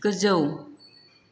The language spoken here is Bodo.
गोजौ